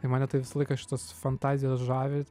i mane tai visą laiką šitos fantazijos žavi